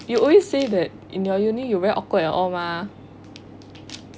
you already say that in your learning you rarely awkward at all mah